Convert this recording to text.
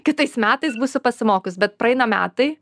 kitais metais būsiu pasimokius bet praeina metai